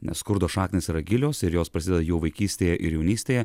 nes skurdo šaknys yra gilios ir jos prasideda jau vaikystėje ir jaunystėje